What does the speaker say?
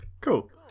Cool